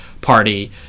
Party